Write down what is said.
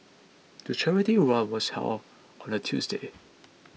the charity run was held on a Tuesday